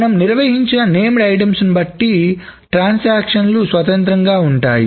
మనం నిర్వహించిన నేమ్ డైట్టమ్స బట్టి ట్రాన్సాక్షన్లు స్వతంత్రంగా ఉంటాయి